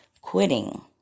quitting